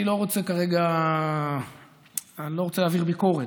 אני לא רוצה כרגע להעביר ביקורת,